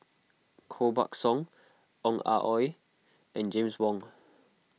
Koh Buck Song Ong Ah Hoi and James Wong